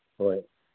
ꯍꯣꯏ